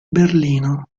berlino